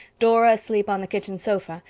dora asleep on the kitchen sofa,